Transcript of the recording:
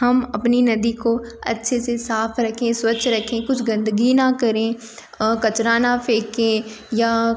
हम अपनी नदी को अच्छे से साफ रखें स्वच्छ रखें कुछ गंदगी न करें कचरा न फेंके या